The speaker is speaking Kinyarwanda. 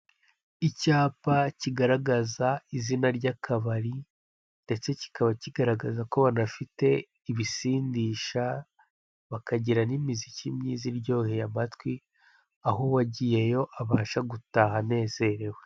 Icyapa kigaragaza izina ry'akabari ndetse kikaba kigaragaza ko banafite ibisindisha, bakagira n'imiziki myiza iryoheye amatwi, aho uwagiyeyo abasha gutaha anezerewe.